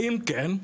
ואם כן,